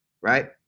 Right